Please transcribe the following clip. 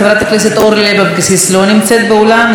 חברת הכנסת אורלי לוי אבקסיס, לא נמצאת באולם.